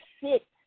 sit